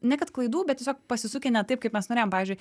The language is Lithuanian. ne kad klaidų bet tiesiog pasisukę ne taip kaip mes norėjom pavyzdžiui